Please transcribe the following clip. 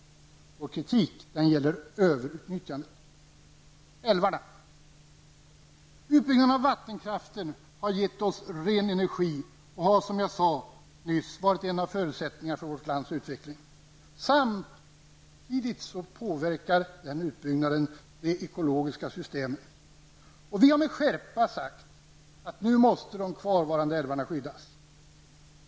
Vår kritik gäller överutnyttjandet. Utbyggnaden av vattenkraften har gett oss ren energi och har, som jag nyss sade, varit en av förutsättningarna för vårt lands utveckling. Samtidigt påverkar utbyggnaden det ekologiska systemet. Vi har med skärpa uttalat att de kvarvarande älvarna nu måste skyddas.